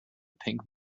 pink